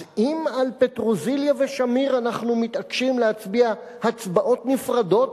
אז אם על פטרוזיליה ושמיר אנחנו מתעקשים להצביע הצבעות נפרדות,